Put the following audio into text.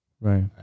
Right